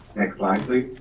next slide, please.